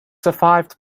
survived